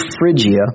Phrygia